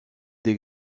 des